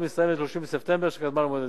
ומסתיימת ב-30 בספטמבר שקדמה למועד הדיווח.